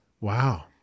Wow